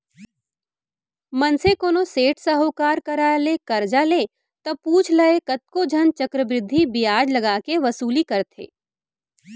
मनसे कोनो सेठ साहूकार करा ले करजा ले ता पुछ लय कतको झन चक्रबृद्धि बियाज लगा के वसूली करथे